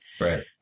Right